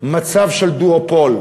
מצב של דואופול,